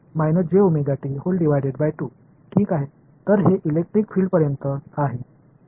तर हे इलेक्ट्रिक फील्डपर्यंत आहे